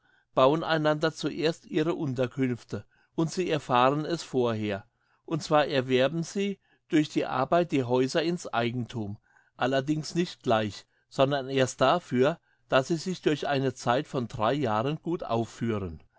bauen einander zuerst ihre